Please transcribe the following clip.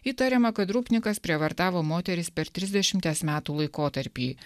įtariama kad rupnikas prievartavo moteris per trisdešimties metų laikotarpį